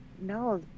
no